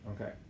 Okay